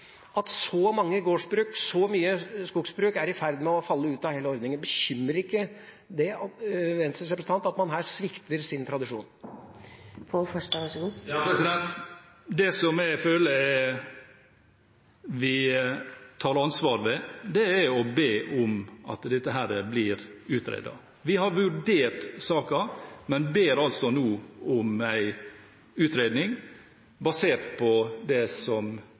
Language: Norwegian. at så mange gårdsbruk og så mange skogsbruk er i ferd med å falle ut av hele ordningen? Bekymrer det ikke Venstres representant at man her svikter sin tradisjon? Det som jeg føler vi tar ansvaret for, er å be om at dette blir utredet. Vi har vurdert saken, men ber altså nå om en utredning, basert på det som